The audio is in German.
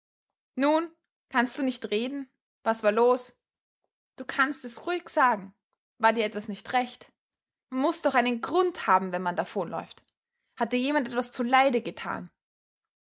nun kannst du nicht reden was war los du kannst es ruhig sagen war dir etwas nicht recht man muß doch einen grund haben wenn man davonläuft hat dir jemand etwas zuleide getan